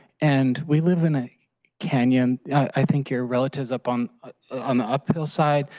and we live in a canyon, i think your relative is up on on the uphill side,